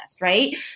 right